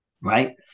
Right